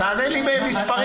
תענה לי במספרים.